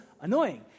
annoying